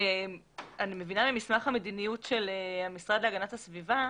אני מבינה ממסמך המדיניות של המשרד להגנת הסביבה,